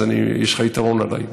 אז יש לך יתרון עליי,